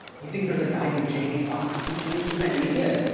you think there's a guy named jamie foxx, he changed his name. and he did.